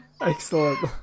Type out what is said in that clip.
Excellent